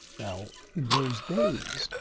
now, in those days,